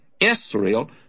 Israel